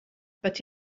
but